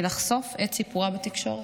מלחשוף את סיפורה בתקשורת.